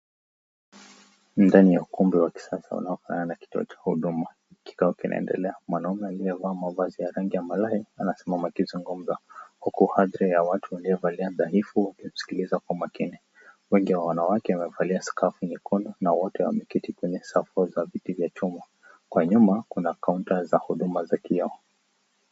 Ndani ya ukumbi wa kisasa unaofanana na kituo cha huduma, kikao kinaendelea. Mwanaume aliyevaa mavazi ya rangi ya malai anasimama akisungumza huku hadhira ya watu waliovalia dhaifu wakimsikiliza kwa makini. Wengi wa wanawake wamevalia skafu nyekundu na wote wamekaa kwenye safu za viti vya chuma. Kwa nyuma kuna kaunta za huduma za kioo.